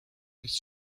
his